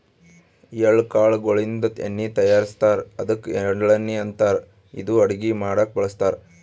ಎಳ್ಳ ಕಾಳ್ ಗೋಳಿನ್ದ ಎಣ್ಣಿ ತಯಾರಿಸ್ತಾರ್ ಅದ್ಕ ಎಳ್ಳಣ್ಣಿ ಅಂತಾರ್ ಇದು ಅಡಗಿ ಮಾಡಕ್ಕ್ ಬಳಸ್ತಾರ್